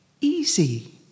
Easy